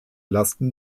lasten